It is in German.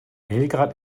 belgrad